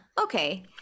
okay